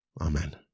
Amen